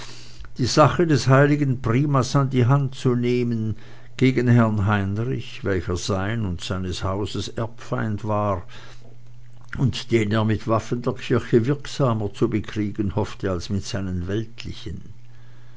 die sache des heiligen primas an die hand zu nehmen gegen herrn heinrich welcher sein und seines hauses erbfeind war und den er mit den waffen der kirche wirksamer zu bekriegen hoffte als mir seinen weltlichen